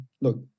look